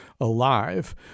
alive